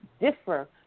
differ